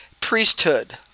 Priesthood